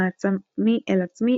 מעצמי אל עצמי,